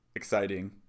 Exciting